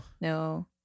No